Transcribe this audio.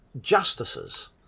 justices